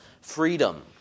freedom